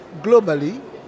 globally